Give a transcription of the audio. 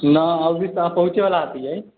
नहि अभी तऽ आब पहुँचैवला छियै